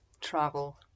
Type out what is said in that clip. travel